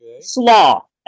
slaw